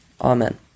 Amen